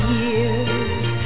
years